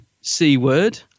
C-word